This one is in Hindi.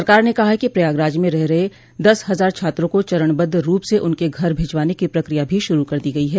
सरकार ने कहा है कि प्रयागराज में रह रहे दस हजार छात्रों को चरणबद्व रूप से उनके घर भिजवाने की प्रक्रिया भी शुरू कर दी गई है